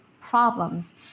problems